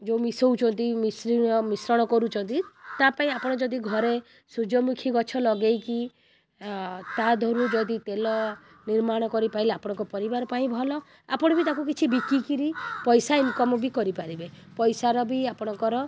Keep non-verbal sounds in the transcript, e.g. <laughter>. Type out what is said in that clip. ଯେଉଁ ମିଶାଉଛନ୍ତି <unintelligible> ମିଶ୍ରଣ କରୁଛନ୍ତି ତା ପାଇଁ ଆପଣ ଯଦି ଘରେ ସୂର୍ଯ୍ୟମୁଖୀ ଗଛ ଲଗାଇକି ତା ଦେହରୁ ଯଦି ତେଲ ନିର୍ମାଣ କରିପାଇଲେ ଆପଣଙ୍କ ପରିବାର ପାଇଁ ଭଲ ଆପଣ ବି ତାକୁ କିଛି ବିକିକିରି ପଇସା ଇନ୍କମ୍ ବି କରିପାରିବେ ପଇସାର ବି ଆପଣଙ୍କର